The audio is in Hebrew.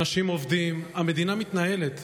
אנשים עובדים, המדינה מתנהלת.